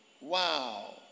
Wow